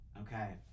Okay